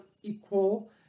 equal